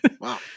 Wow